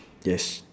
yes